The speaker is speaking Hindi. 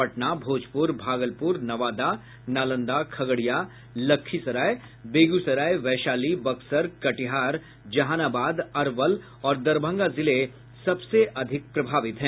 पटना भोजपुर भागलपुर नवादा नालंदा खगड़िया लखीसराय बेगूसराय वैशाली बक्सर कटिहार जहानाबाद अरवल और दरभंगा जिले सबसे अधिक प्रभावित हैं